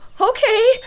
Okay